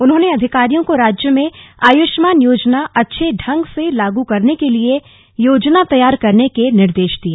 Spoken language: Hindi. उन्होंने अधिकारियों को राज्य में आयुष्मान योजना अच्छे ढंग से लागू करने के लिए योजना तैयार करने के निर्देश दिए